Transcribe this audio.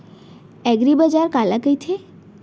एगरीबाजार काला कहिथे?